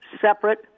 separate